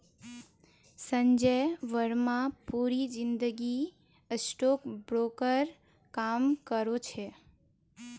संजय बर्मा पूरी जिंदगी stock broker काम करो छे